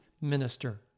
minister